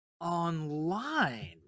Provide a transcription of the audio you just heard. online